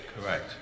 Correct